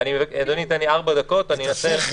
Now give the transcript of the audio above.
אדוני ייתן לי ארבע דקות, אני אנסה להבהיר.